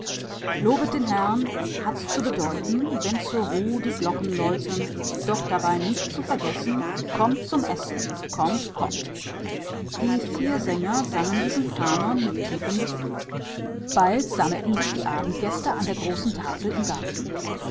lobt den herrn hat's zu bedeuten wenn zur ruh die glocken läuten doch dabei nicht zu vergessen kommt zum essen kommt kommt die vier sänger sangen diesen kanon mit tiefem gefühl bald sammelten sich die abendgäste an der großen tafel im garten